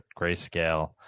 Grayscale